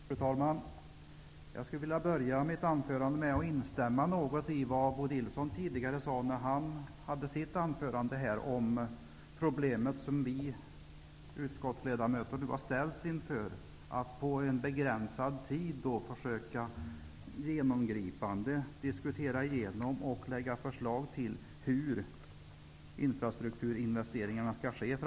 Fru talman! Jag skulle vilja börja mitt anförande med att instämma i vad Bo Nilsson sade om det problem som vi utskottsledamöter nu har ställts inför, när vi på en begränsad tid tvingats genomgripande diskutera och lägga fram förslag om hur infrastrukturinvesteringarna framöver skall ske.